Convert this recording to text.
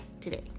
today